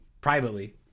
privately